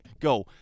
go